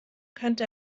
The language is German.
könnte